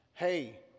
Hey